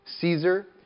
Caesar